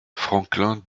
franklin